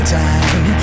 time